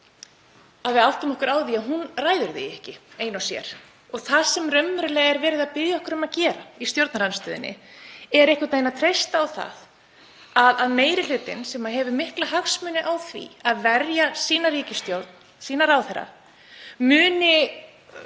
að við áttum okkur á því að hún ræður því ekki ein og sér. Það sem er raunverulega verið að biðja okkur um að gera í stjórnarandstöðunni er einhvern veginn að treysta á það að meiri hlutinn, sem hefur mikla hagsmuni af því að verja sína ríkisstjórn, sína ráðherra, muni